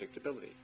predictability